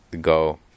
go